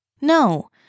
No